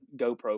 GoPro